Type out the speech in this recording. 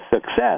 success